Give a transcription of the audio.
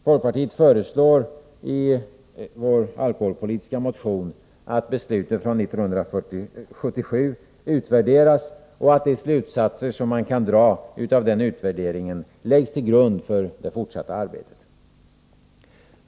Folkpartiet föreslår i vår alkoholpolitiska motion att beslutet från 1977 utvärderas och att de slutsatser som man kan dra av den utvärderingen läggs till grund för det fortsatta arbetet.